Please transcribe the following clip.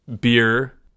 beer